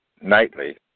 nightly